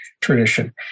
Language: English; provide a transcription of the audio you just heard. tradition